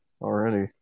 already